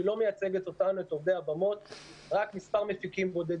שהיא לא מייצגת את עובדי הבנות אלא רק מספר מפיקים בודדים.